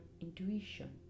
intuition